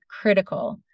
critical